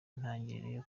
intangiriro